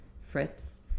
Fritz